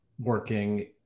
working